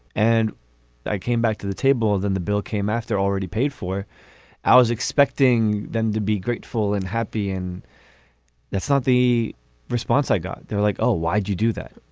and i came back to the table than the bill came after already paid for i was expecting them to be grateful and happy and that's not the response i got. they're like oh why'd you do that.